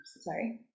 sorry